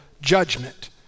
judgment